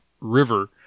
river